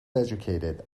educated